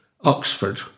Oxford